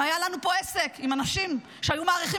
אם היה לנו פה עסק עם אנשים שהיו מעריכים